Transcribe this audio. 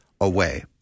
away